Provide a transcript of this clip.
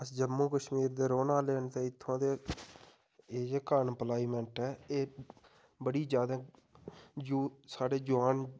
अस जम्मू कश्मीर दे रौह्ने आह्ले आं ते इत्थुं दे एह् जेह्का इंप्लाईमेंट ऐ एह् बड़ी ज्यादा यूथ साढ़े जुआन